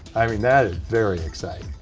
i mean, that is very exciting.